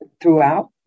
throughout